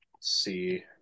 See